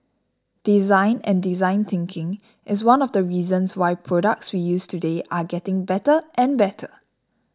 design and design thinking is one of the reasons why products we use today are getting better and better